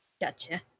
gotcha